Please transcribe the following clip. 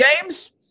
james